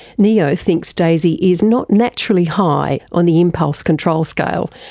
nio thinks daisy is not naturally high on the impulse control scale,